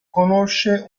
conosce